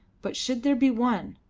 but should there be one,